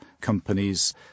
Companies